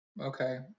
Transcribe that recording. Okay